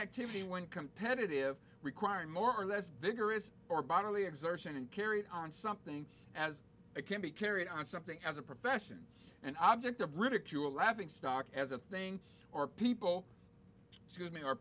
activity when competitive require more or less vigorous or bodily exertion and carried on something as it can be carried on something as a profession an object of ridicule a laughingstock as a thing or people